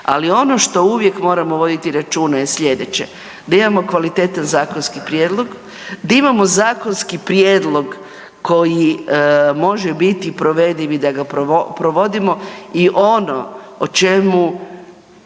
ali ono što uvijek moramo voditi računa je slijedeće. Da imamo kvalitetan zakonski prijedlog, da imamo zakonski prijedlog koji može biti provediv i da ga provodimo i ono o čemu